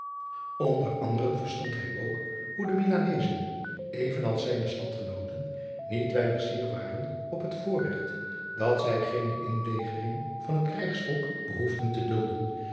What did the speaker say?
onder anderen verstond hij ook hoe de milanezen even als zijne stadgenooadriaan loosjes pzn het leven van maurits lijnslager ten niet weinig sier waren op het voorregt dat zij geene inlegering van het krijgsvolk behoefden te dulden